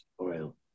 oil